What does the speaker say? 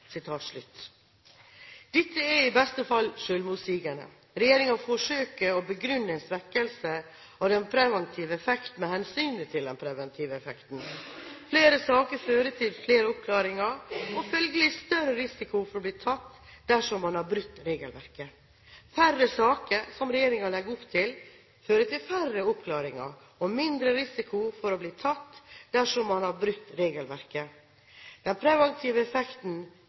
effekten.» Dette er i beste fall selvmotsigende. Regjeringen forsøker å begrunne en svekkelse av den preventive effekten med hensynet til den preventive effekten. Flere saker fører til flere oppklaringer og følgelig større risiko for å bli tatt dersom man har brutt regelverket. Færre saker, som regjeringen legger opp til, fører til færre oppklaringer og mindre risiko for å bli tatt dersom man har brutt regelverket. Den preventive effekten